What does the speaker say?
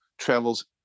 travels